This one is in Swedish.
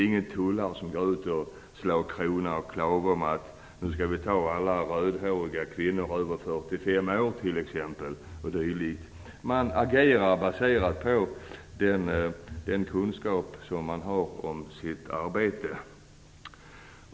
Inga tullare kastar krona eller klave om att t.ex. kontrollera alla rödhåriga kvinnor över 45 års ålder. Man agerar baserat på den kunskap som man har från sitt arbete.